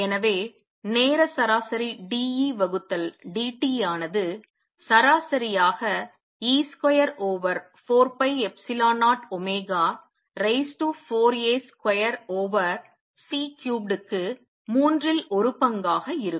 எனவே நேர சராசரி d E வகுத்தல் dt ஆனது சராசரியாக e square over 4 pi epsilon 0 omega raise to 4 A square over C cubed க்கு மூன்றில் ஒரு பங்காக இருக்கும்